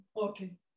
okay